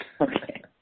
Okay